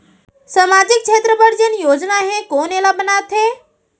सामाजिक क्षेत्र बर जेन योजना हे कोन एला बनाथे?